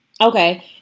Okay